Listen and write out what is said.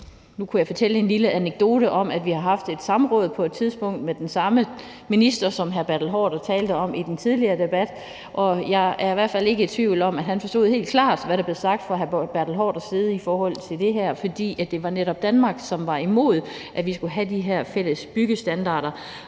nu kunne jeg fortælle en lille anekdote om, at vi har haft et samråd på et tidspunkt med den samme minister, som hr. Bertel Haarder talte om i den tidligere debat, og jeg er i hvert fald ikke i tvivl om, at han helt klart forstod, hvad der blev sagt fra hr. Bertel Haarders side om det her. For det var netop Danmark, som var imod, at vi skulle have de her fælles byggestandarder,